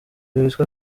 witwa